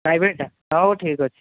ପ୍ରାଇଭେଟ୍ଟା ହଉ ଠିକ୍ ଅଛି